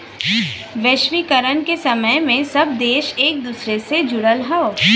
वैश्वीकरण के समय में सब देश एक दूसरे से जुड़ल हौ